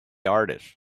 artist